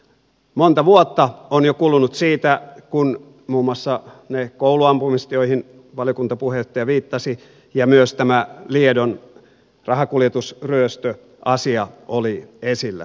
monta vuotta on jo kulunut siitä kun muun muassa ne kouluampumiset joihin valiokuntapuheenjohtaja viittasi ja myös tämä liedon rahakuljetusryöstöasia olivat esillä